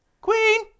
Queen